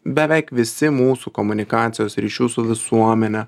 beveik visi mūsų komunikacijos ryšių su visuomene